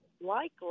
likely